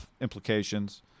implications